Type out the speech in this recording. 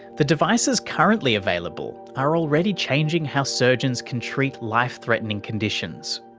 the devices currently available are already changing how surgeons can treat life threatening conditions.